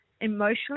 emotionally